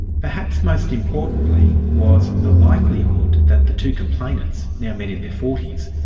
perhaps most importantly was the likelihood that the two complainants, now men in their forties,